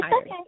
okay